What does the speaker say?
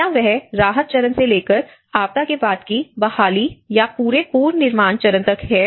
क्या वह राहत चरण से लेकर आपदा के बाद की बहाली या पूरे पुनर्निर्माण चरण तक है